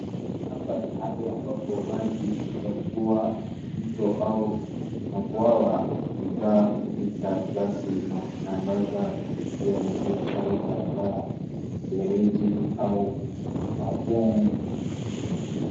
Hapa ni hali ambapo maji ya mvua, mto au mabwawa hujaa kupita kiasi na kusambaza kupitia njia kama barabara, mfereji au bafuni...